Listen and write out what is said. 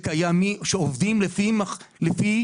שעובדים לפי